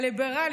הליברלי,